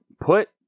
put